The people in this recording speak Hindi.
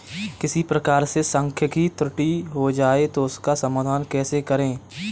किसी प्रकार से सांख्यिकी त्रुटि हो जाए तो उसका समाधान कैसे करें?